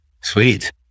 Sweet